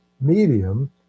medium